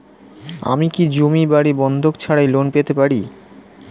আমি কি জমি বাড়ি বন্ধক ছাড়াই লোন পেতে পারি?